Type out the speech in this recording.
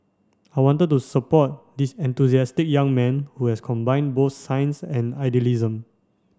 I wanted to support this enthusiastic young man who has combined both science and idealism